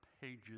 pages